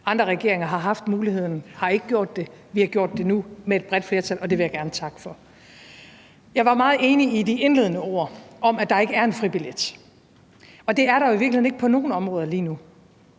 Andre regeringer har haft muligheden og har ikke gjort det. Vi har gjort det nu, med et bredt flertal, og det vil jeg gerne takke for. Jeg var meget enig i de indledende ord om, at der ikke er en fribillet, og det er der jo i virkeligheden ikke på nogen områder lige nu.